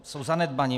Jsou zanedbaní...